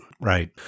Right